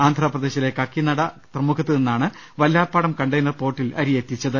ആന്ധ്രപ്രദേശിലെ കക്കിനട തുറമുഖത്തുനിന്നാണ് വല്ലാർപാടം കണ്ടെയ്നർ പോർട്ടിൽ അരിയെത്തിച്ചത്